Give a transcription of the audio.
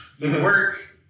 work